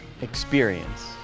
experience